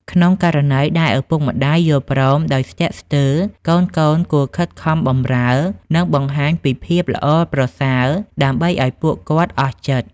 ក្នុងករណីដែលឪពុកម្ដាយយល់ព្រមដោយស្ទាក់ស្ទើរ កូនៗគួរខិតខំបម្រើ និងបង្ហាញពីភាពល្អប្រសើរដើម្បីឱ្យពួកគាត់អស់ចិត្ត។